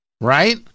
right